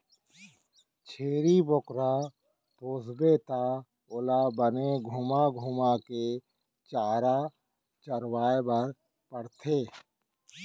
छेरी बोकरा पोसबे त ओला बने घुमा घुमा के चारा चरवाए बर परथे